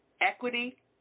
equity